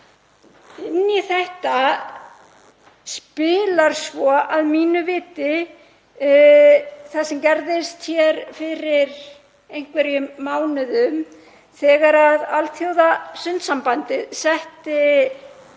Inn í þetta spilar svo að mínu viti það sem gerðist hér fyrir einhverjum mánuðum þegar Alþjóðasundsambandið setti